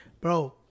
bro